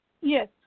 Yes